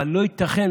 אבל לא ייתכן,